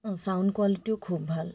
অঁ ছাউণ্ড কোৱালিটিও খুব ভাল